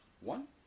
One